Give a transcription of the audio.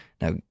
Now